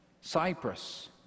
Cyprus